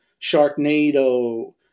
Sharknado